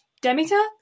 Demeter